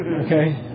Okay